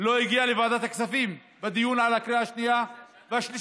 לא הגיע לוועדת הכספים בדיון על הקריאה השנייה והשלישית.